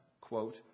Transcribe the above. quote